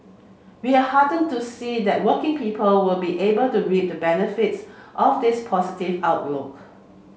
we are hearten to see that working people will be able to reap the benefits of this positive outlook